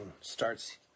starts